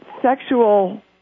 sexual